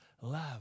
love